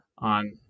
on